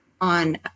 on